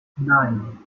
nine